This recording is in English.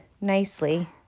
nicely